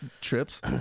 Trips